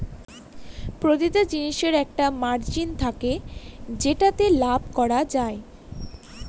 প্রতিটা জিনিসের একটা মার্জিন থাকে যেটাতে লাভ করা যায়